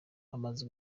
amaze